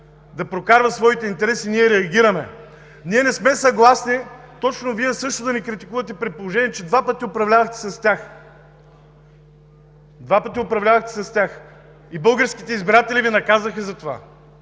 да прокарва своите интереси, ние реагираме. Ние не сме съгласни точно Вие да ни критикувате, при положение че два пъти управлявахте с тях! Два пъти управлявахте с тях и българските избиратели Ви наказаха за това.